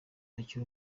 akiri